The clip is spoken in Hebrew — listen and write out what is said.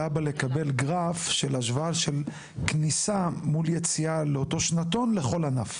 להבא לקבל גרף השוואה של כניסה מול יציאה באותו שנתון לכל ענף?